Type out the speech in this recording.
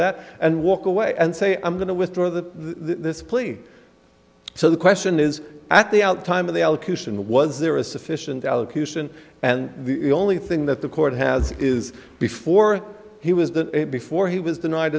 that and walk away and say i'm going to withdraw the this please so the question is at the out time of the allocution was there a sufficient allocution and the only thing that the court has is before he was done before he was denied